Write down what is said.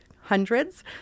hundreds